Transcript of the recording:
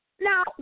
Now